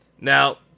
Now